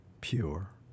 pure